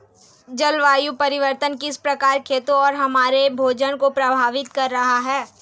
जलवायु परिवर्तन किस प्रकार खेतों और हमारे भोजन को प्रभावित कर रहा है?